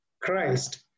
Christ